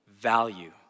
value